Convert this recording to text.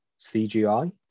CGI